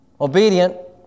Obedient